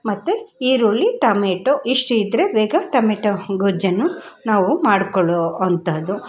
ಮತ್ತು ಈರುಳ್ಳಿ ಟಮೆಟೊ ಇಷ್ಟಿದ್ದರೆ ಬೇಗ ಟಮೆಟೊ ಗೊಜ್ಜನ್ನು ನಾವು ಮಾಡ್ಕೊಳ್ಳೋ ಅಂಥದ್ದು